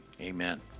amen